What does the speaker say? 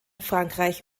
frankreich